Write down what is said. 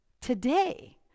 today